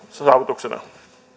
saavutuksena